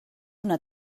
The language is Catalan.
una